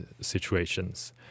situations